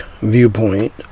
viewpoint